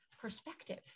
perspective